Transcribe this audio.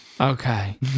Okay